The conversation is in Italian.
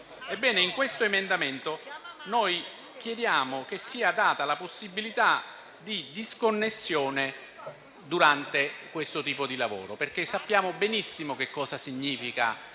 In questo emendamento chiediamo che sia data la possibilità di disconnessione durante lo svolgimento di questo tipo di lavoro. Sappiamo benissimo che cosa significa